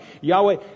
Yahweh